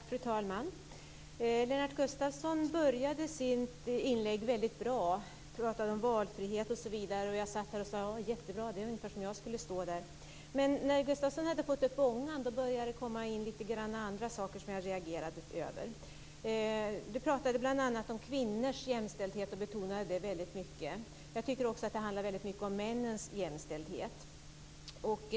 Fru talman! Lennart Gustavsson började sitt inlägg väldigt bra. Han talade om valfrihet osv. och jag tänkte: Bra, det är ungefär som om jag stod där. Men när Lennart Gustavsson hade fått upp ångan började det komma in en del som jag reagerade över. Lennart Gustavsson talade bl.a. om kvinnors jämställdhet och betonade det väldigt mycket. Jag tycker att det också handlar mycket om männens jämställdhet.